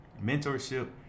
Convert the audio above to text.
mentorship